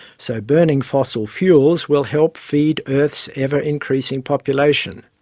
so burning fossil fuels will help feed earth's ever increasing population.